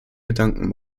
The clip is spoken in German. gedanken